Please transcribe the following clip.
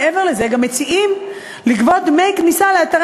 מעבר לזה גם מציעים לקבוע דמי כניסה לאתרי